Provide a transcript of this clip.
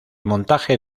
montaje